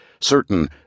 certain